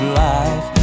life